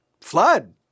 Flood